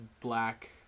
black